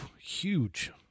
huge